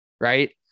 right